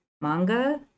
manga